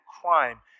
crime